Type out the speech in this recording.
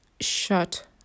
shut